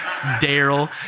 Daryl